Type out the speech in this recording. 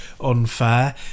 unfair